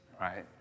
Right